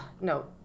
no